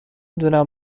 دونم